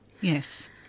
Yes